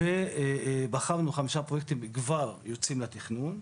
ובחרנו חמישה פרויקטים שכבר יוצאים לתכנון.